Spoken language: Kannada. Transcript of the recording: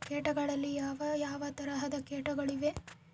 ಕೇಟಗಳಲ್ಲಿ ಯಾವ ಯಾವ ತರಹದ ಕೇಟಗಳು ಇವೆ?